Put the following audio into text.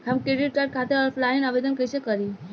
हम credit card खातिर offline आवेदन कइसे करि?